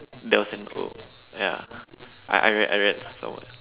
there was an ya I I read I read so much